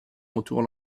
entourent